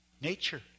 nature